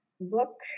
book